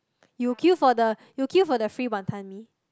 you will queue for the you will queue for the free Wanton-Mee